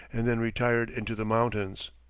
and then retired into the mountains.